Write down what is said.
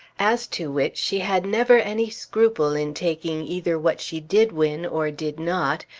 as to which she had never any scruple in taking either what she did win or did not,